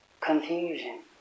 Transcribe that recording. confusion